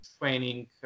training